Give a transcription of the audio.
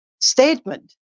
statement